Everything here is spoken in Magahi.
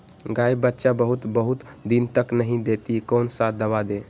गाय बच्चा बहुत बहुत दिन तक नहीं देती कौन सा दवा दे?